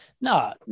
No